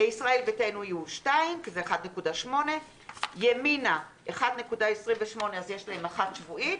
ישראל ביתנו יהיו 2 כי יצא 1.8. ימינה 1.28 אז יש להם 1 שבועית